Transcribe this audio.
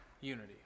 unity